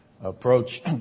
approach